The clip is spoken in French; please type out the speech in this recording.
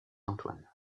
antoine